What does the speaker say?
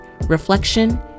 reflection